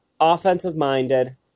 offensive-minded